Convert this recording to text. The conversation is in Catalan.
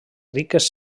riques